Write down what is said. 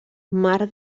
mar